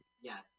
Yes